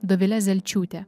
dovile zelčiūte